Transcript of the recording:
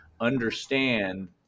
understand